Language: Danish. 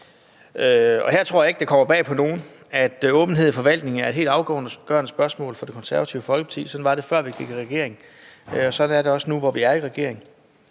Her tror jeg ikke, det kommer bag på nogen, at åbenhed i forvaltningen er et helt afgørende spørgsmål for Det Konservative Folkeparti. Sådan var det, før vi gik i regering, og sådan er det også nu, hvor vi er i regering.